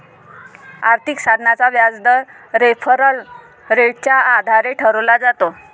आर्थिक साधनाचा व्याजदर रेफरल रेटच्या आधारे ठरवला जातो